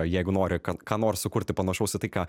jeigu nori kad ką nors sukurti panašaus į tai ką